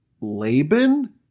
Laban